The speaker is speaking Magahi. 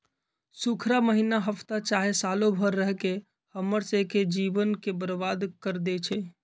सुखार माहिन्ना हफ्ता चाहे सालों भर रहके हम्मर स के जीवन के बर्बाद कर देई छई